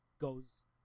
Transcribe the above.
goes